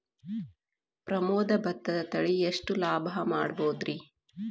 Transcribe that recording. ಪ್ರಮೋದ ಭತ್ತದ ತಳಿ ಎಷ್ಟ ಲಾಭಾ ಮಾಡಬಹುದ್ರಿ?